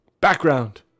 Background